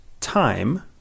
time